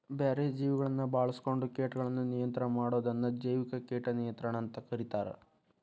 ಬ್ಯಾರೆ ಜೇವಿಗಳನ್ನ ಬಾಳ್ಸ್ಕೊಂಡು ಕೇಟಗಳನ್ನ ನಿಯಂತ್ರಣ ಮಾಡೋದನ್ನ ಜೈವಿಕ ಕೇಟ ನಿಯಂತ್ರಣ ಅಂತ ಕರೇತಾರ